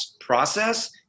process